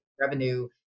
revenue